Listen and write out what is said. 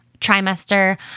trimester